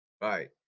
Right